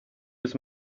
was